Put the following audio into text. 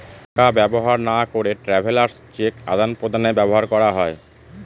টাকা ব্যবহার না করে ট্রাভেলার্স চেক আদান প্রদানে ব্যবহার করা হয়